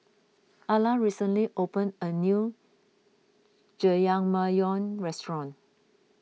Alla recently opened a new Jajangmyeon restaurant